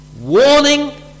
warning